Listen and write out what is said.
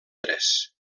tres